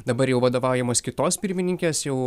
dabar jau vadovaujamos kitos pirmininkės jau